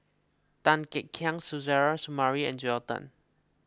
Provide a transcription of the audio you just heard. Tan Kek Hiang Suzairhe Sumari and Joel Tan